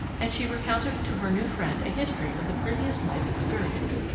and she recounted to her new friend a history of the previous night's experience.